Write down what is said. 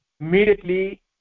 immediately